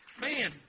Man